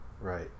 Right